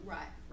Right